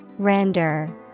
Render